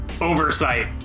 oversight